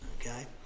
okay